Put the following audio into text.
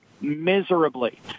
miserably